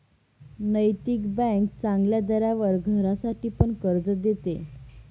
नैतिक बँक चांगल्या दरावर घरासाठी पण कर्ज देते